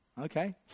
okay